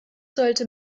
sollte